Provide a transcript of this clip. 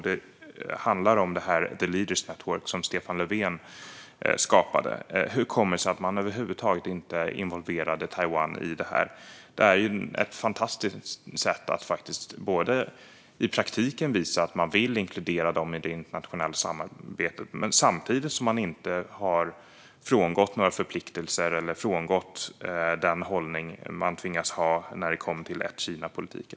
Den handlar om the Leaders' Network, som Stefan Löfven skapade. Hur kommer det sig att man över huvud taget inte involverade Taiwan i detta? Det hade ju varit ett fantastiskt sätt att i praktiken visa att man vill inkludera dem i det internationella samarbetet samtidigt som man inte frångår några förpliktelser eller frångår den hållning som man tvingas ha när det gäller ett-Kina-politiken.